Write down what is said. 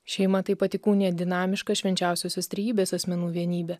šeima taip pat įkūnija dinamišką švenčiausiosios trejybės asmenų vienybė